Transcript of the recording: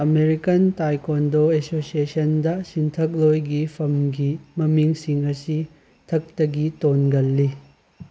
American taekwondo ꯑꯦꯁꯣꯁꯤꯌꯦꯁꯟꯗ ꯁꯤꯟꯊꯛꯂꯣꯏꯒꯤ ꯐꯝꯒꯤ ꯃꯃꯤꯡꯁꯤꯡ ꯑꯁꯤ ꯊꯛꯇꯒꯤ ꯇꯣꯟꯒꯜꯂꯤ